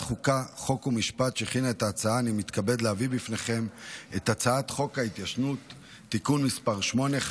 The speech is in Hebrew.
הנושא הבא על סדר-היום: הצעת חוק ההתיישנות (תיקון מס' 8,